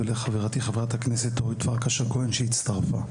ולחברתי, חברת הכנסת אורית פרקש הכהן, שהצטרפה.